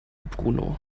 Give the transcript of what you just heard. bruno